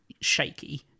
shaky